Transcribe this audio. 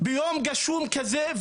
ביום גשום כזה,